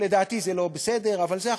לדעתי זה לא בסדר, אבל זה החוק.